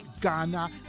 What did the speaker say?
Ghana